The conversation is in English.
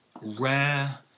rare